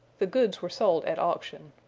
the goods were sold at auction.